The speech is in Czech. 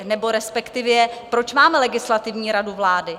Nebo respektive, proč máme Legislativní radu vlády?